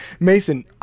Mason